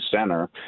center